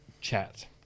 chat